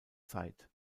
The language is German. zeit